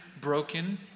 broken